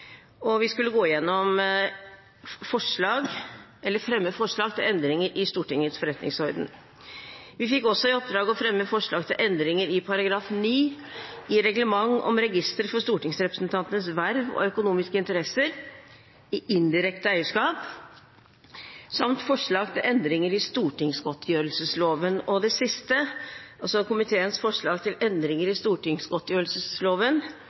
og vi skulle fremme forslag til endringer i Stortingets forretningsorden. Vi fikk også i oppdrag å fremme forslag til endringer i § 9 i reglement om register for stortingsrepresentanters verv og økonomiske interesser i indirekte eierskap, samt forslag til endringer i stortingsgodtgjørelsesloven. Det siste, komiteens forslag til endringer